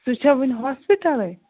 سُہ چھا وٕنہِ ہوسپِٹَلَے